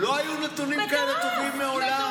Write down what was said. לא היו נתונים טובים כאלה מעולם.